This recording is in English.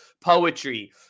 poetry